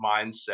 mindset